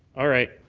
all right.